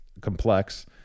complex